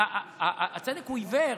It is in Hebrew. הצדק הוא עיוור.